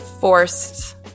forced